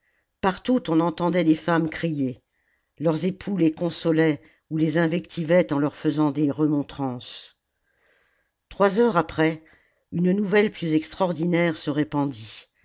partout on entendait les femmes crier leurs époux les consolaient ou les mvectivaient en leur faisant des remontrances trois heures après une nouvelle plus extraordinaire se répandit